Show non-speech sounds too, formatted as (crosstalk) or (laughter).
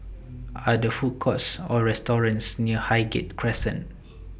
(noise) Are There Food Courts Or restaurants near Highgate Crescent